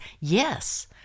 yes